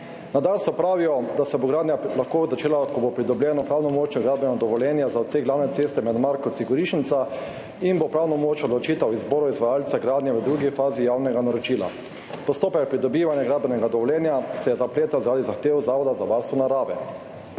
Na Darsu pravijo, da se bo gradnja lahko začela, ko bo pridobljeno pravnomočno gradbeno dovoljenje za odsek glavne ceste Markovci–Gorišnica in bo pravnomočna odločitev o izboru izvajalca gradnje v drugi fazi javnega naročila. Postopek pridobivanja gradbenega dovoljenja se zapleta zaradi zahtev Zavoda za varstvo narave.